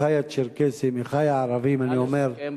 אחי הצ'רקסים, אחי הערבים, אני אומר, נא לסכם.